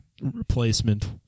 replacement